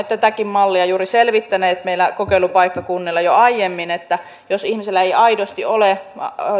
tätäkin mallia juuri selvittäneet kokeilupaikkakunnilla jo aiemmin että jos ihmisellä ei aidosti ole